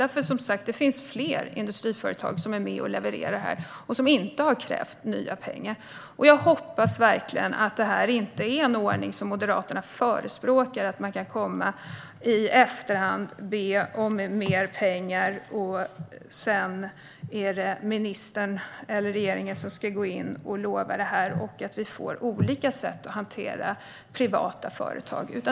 Det finns fler industriföretag som är med och levererar här, och dessa har inte krävt nya pengar. Jag hoppas verkligen att detta inte är en ordning som Moderaterna förespråkar - att man kan komma i efterhand och be om mer pengar, att ministern eller regeringen sedan ska gå in och lova saker och att vi får olika sätt att hantera privata företag.